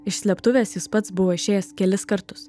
iš slėptuvės jis pats buvo išėjęs kelis kartus